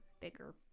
bigger